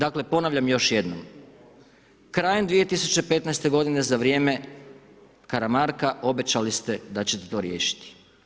Dakle, ponavljam još jednom, krajem 2015. godine za vrijeme Karamarka obećali ste da ćete to riješiti.